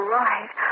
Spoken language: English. right